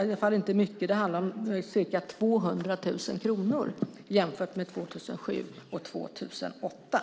handlar inte om mycket utan om ca 200 000 kronor om man jämför år 2007 med år 2008.